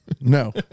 No